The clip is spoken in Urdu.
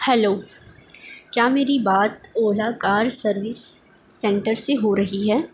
ہیلو کیا میری بات اولا کار سروس سینٹر سے ہو رہی ہے